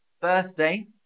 birthday